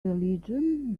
religion